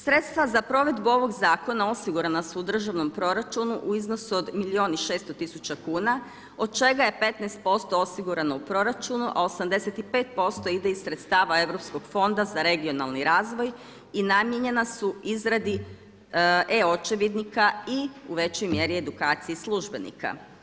Sredstva za provedbu ovog zakona osigurana su u državnom proračunu u iznosu od milijun i 600 tisuća kuna od čega je 15% osigurano u proračunu, a 85% ide iz sredstava Europskog fonda za regionalni razvoj i namijenjena su izradi e-očevidnika i u većoj mjeri edukaciji službenika.